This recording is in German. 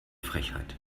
frechheit